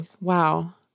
Wow